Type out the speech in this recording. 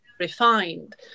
refined